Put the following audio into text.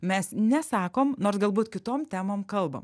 mes nesakom nors galbūt kitom temom kalbam